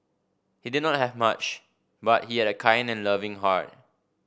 he did not have much but he had a kind and loving heart